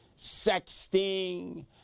sexting